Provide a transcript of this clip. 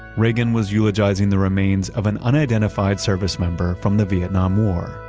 reagan was eulogizing the remains of an unidentified service member from the vietnam war.